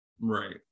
right